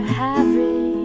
heavy